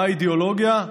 מה האידיאולוגיה?